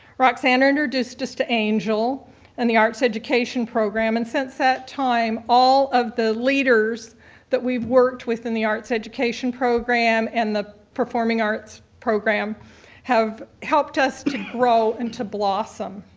roxanne introduced us to angel and the arts education program and since that time all of the leaders that we've worked with in the arts education program and the performing arts program have helped us to grow and to blossom.